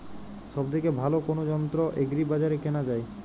সব থেকে ভালো কোনো যন্ত্র এগ্রি বাজারে কেনা যায়?